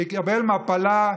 יקבל מפלה,